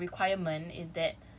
but the thing is my